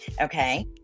Okay